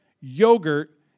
yogurt